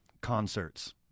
concerts